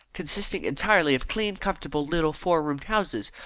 consisting entirely of clean, comfortable little four-roomed houses,